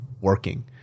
working